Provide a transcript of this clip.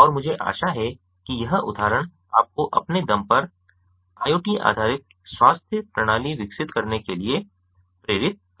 और मुझे आशा है कि यह उदाहरण आपको अपने दम पर IoT आधारित स्वास्थ्य प्रणाली विकसित करने के लिए प्रेरित करता है